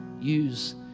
use